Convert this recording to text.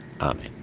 Amen